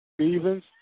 Stevens